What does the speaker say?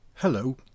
Hello